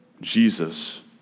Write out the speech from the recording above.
Jesus